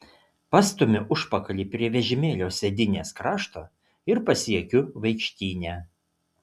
pastumiu užpakalį prie vežimėlio sėdynės krašto ir pasiekiu vaikštynę